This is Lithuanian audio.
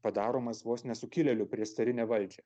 padaromas vos ne sukilėliu prieš carinę valdžią